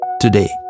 today